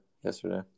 yesterday